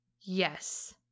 Yes